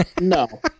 No